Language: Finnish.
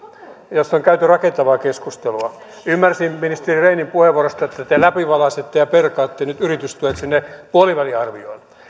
joista on käyty rakentavaa keskustelua ymmärsin ministeri rehnin puheenvuorosta että te läpivalaisette ja perkaatte nyt yritystuet sinne puoliväliarvioon